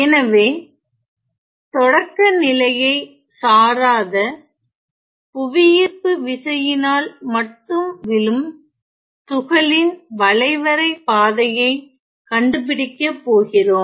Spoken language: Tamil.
எனவே தொடக்கநிலையை சாராத புவியீர்ப்புவிசையினால் மட்டும் விழும் துகளின் வளைவரை பாதையை கண்டுபிடிக்க போகிறோம்